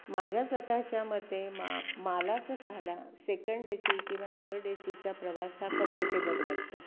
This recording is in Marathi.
माझ्या स्वतःच्या मते मा मला स्वतःला सेकंड ए सी किंवा थर्ड ए सीचा प्रवास हा कम्फर्टेबल वाटतो